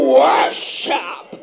worship